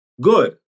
good